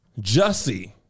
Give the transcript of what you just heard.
Jussie